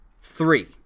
three